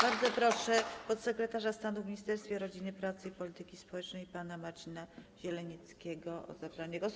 Bardzo proszę podsekretarza stanu w Ministerstwie Rodziny, Pracy i Polityki Społecznej pana Marcina Zielenieckiego o zabranie głosu.